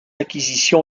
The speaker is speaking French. acquisition